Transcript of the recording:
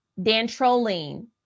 Dantrolene